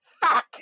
Fuck